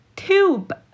tube